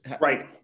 right